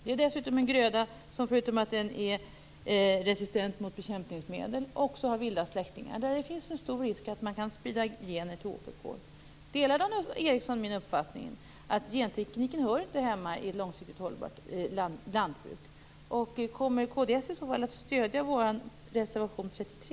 Det är dessutom en gröda som förutom att den är resistent mot bekämpningsmedel också har vilda släktingar, och det finns alltså en stor risk att gener kan spridas till åkerkål. Delar Dan Ericsson min uppfattning att gentekniken inte hör hemma i ett långsiktigt hållbart lantbruk, och kommer kd i så fall att stödja vår reservation 33?